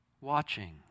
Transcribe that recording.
watching